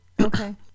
Okay